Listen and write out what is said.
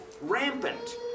rampant